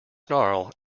snarl